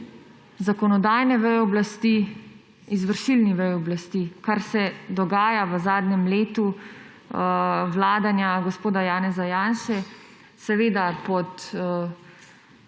zakonodajne veje oblasti izvršilni veji oblasti, kar se dogaja v zadnjem letu vladanja gospoda Janeza Janše, seveda s